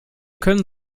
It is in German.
können